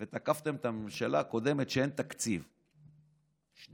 ותקפתם את הממשלה הקודמת על שאין תקציב שנתיים.